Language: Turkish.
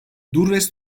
durres